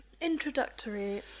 introductory